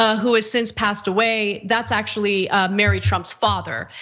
ah who has since passed away, that's actually mary trump's father.